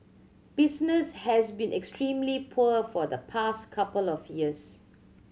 business has been extremely poor for the past couple of years